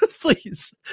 please